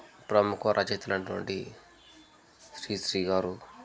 ప్రముఖ రచయితలు అయినటువంటి శ్రీశ్రీ గారు